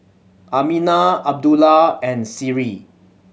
Aminah Abdullah and Seri